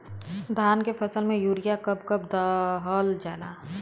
धान के फसल में यूरिया कब कब दहल जाला?